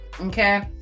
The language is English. Okay